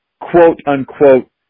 quote-unquote